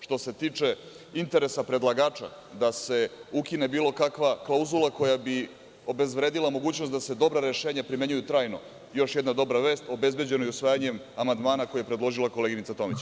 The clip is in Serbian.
Što se tiče interesa predlagača da se ukine bilo kakva klauzula koja bi obezvredila mogućnost da se dobra rešenja primenjuju trajno, još jedna dobra vest, obezbeđeno je usvajanjem amandmana koji je predložila koleginica Tomić.